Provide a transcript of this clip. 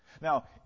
Now